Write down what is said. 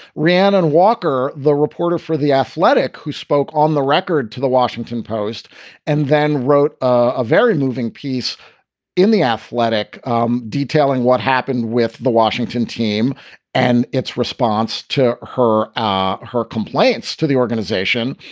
ran on walker, the reporter for the athletic, who spoke on the record to the washington post and then wrote a very moving piece in the athletic um detailing what happened with the washington team and its response to her, ah her complaints to the organization.